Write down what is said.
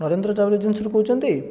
Narendra travel ଏଜେନ୍ସିରୁ କହୁଛନ୍ତି